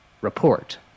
report